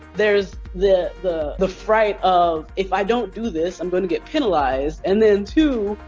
there's the the the fright of, if i don't do this, i'm gonna get penalized and then two,